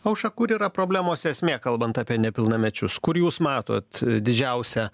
aušra kur yra problemos esmė kalbant apie nepilnamečius kur jūs matot didžiausią